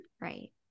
Right